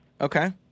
Okay